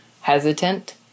hesitant